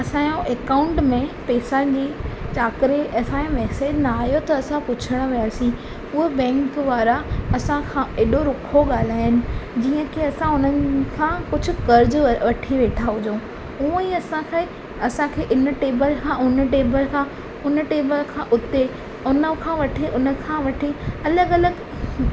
असांजो अकाउंट में पेसन जी चाकरी असांजो मेसेज न आयो त असां पुछण वियासीं उहे बेंक वारा असांखां एॾो रुखो ॻाल्हायुनि जीअं की असां उन्हनि खां कुझु कर्जु व वठी वेठा हुजउं उअं ई असांखे असांखे इन टेबल खां उन टेबल खां उन टेबल खां उते उनखां वठी उनखां वठी अलॻि अलॻि